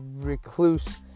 recluse